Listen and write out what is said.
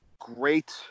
great